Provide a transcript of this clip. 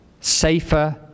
safer